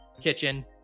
Kitchen